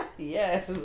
Yes